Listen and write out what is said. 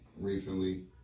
recently